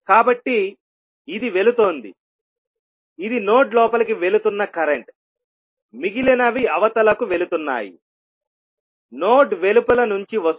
కాబట్టి ఇది వెళుతోంది ఇది నోడ్ లోపలికి వెళుతున్న కరెంట్మిగిలినవి అవతలకు వెళుతున్నాయినోడ్ వెలుపల నుంచి వస్తుంది